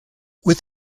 with